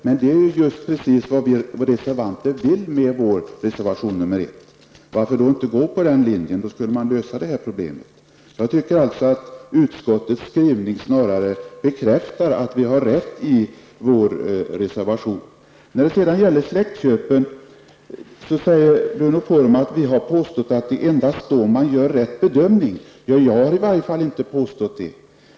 Men det är just precis vad vi reservanter vill med vår reservation nr 1. Varför inte följa den linjen? Då skulle man lösa detta problem. Jag tycker att utskottets skrivning snarare bekräftar att vi har rätt i vår reservation. När det sedan gäller släktköpen säger Bruno Poromaa att vi har påstått att det endast är vid sådana köp som man gör rätt bedömning av fastighetens värde. Jag har i varje fall inte påstått det.